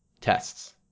tests